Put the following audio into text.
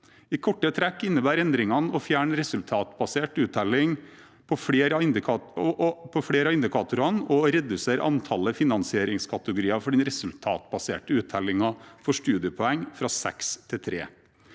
I korte trekk innebærer endringene å fjerne resultatbasert uttelling på flere av indikatorene og å redusere antallet finansieringskategorier for den resultatbaserte uttellingen for studiepoeng fra seks til